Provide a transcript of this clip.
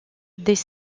des